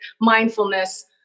mindfulness